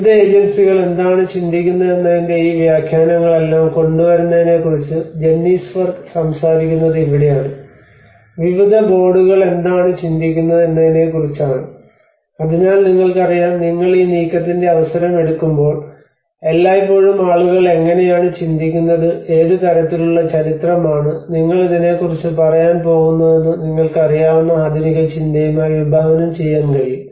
വിവിധ ഏജൻസികൾ എന്താണ് ചിന്തിക്കുന്നതെന്നതിന്റെ ഈ വ്യാഖ്യാനങ്ങളെല്ലാം കൊണ്ടുവരുന്നതിനെക്കുറിച്ച് ജെന്നീസ് വർക്ക് സംസാരിക്കുന്നത് ഇവിടെയാണ് വിവിധ ബോർഡുകൾ എന്താണ് ചിന്തിക്കുന്നത് എന്നതിനെക്കുറിച്ചാണ് അതിനാൽ നിങ്ങൾക്കറിയാം നിങ്ങൾ ഈ നീക്കത്തിന്റെ അവസരം എടുക്കുമ്പോൾ എല്ലായ്പ്പോഴും ആളുകൾ എങ്ങനെയാണ് ചിന്തിക്കുന്നത് ഏത് തരത്തിലുള്ള ചരിത്രമാണ് നിങ്ങൾ ഇതിനെക്കുറിച്ച് പറയാൻ പോകുന്നതെന്ന് നിങ്ങൾക്കറിയാവുന്ന ആധുനിക ചിന്തയുമായി വിഭാവനം ചെയ്യാൻ കഴിയും